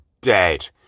dead